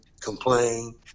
complain